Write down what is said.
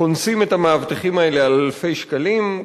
קונסים את המאבטחים האלה באלפי שקלים,